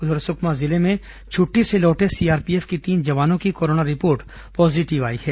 उधर सुकमा जिले में छुट्टी से लौटे सीआरपीएफ के तीन जवानों की कोरोना रिपोर्ट पॉजीटिव आई है